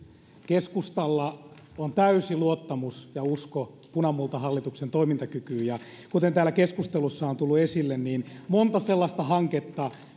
keskustalla on täysi luottamus ja usko punamultahallituksen toimintakykyyn kuten täällä keskustelussa on tullut esille on monta sellaista hanketta